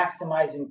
maximizing